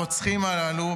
ברוצחים הללו,